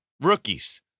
rookies